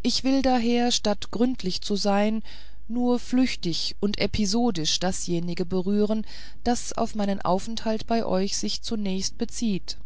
ich will daher statt gründlich zu sein nur flüchtig und episodisch dasjenige berühren was auf meinen aufenthalt bei euch sich zunächst bezieht